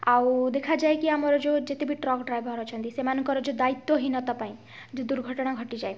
ଆଉ ଦେଖାଯାଏ କି ଆମର ଯେଉଁ ଯେତେବି ଟ୍ରକ୍ ଡ୍ରାଇଭର୍ ଅଛନ୍ତି ସେମାନଙ୍କର ଯେଉଁ ଦାୟିତ୍ୱହୀନତା ପାଇଁ ଯେଉଁ ଦୁର୍ଘଟଣା ଯାଏ